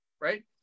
right